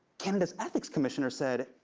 canada's ethics commissioner said,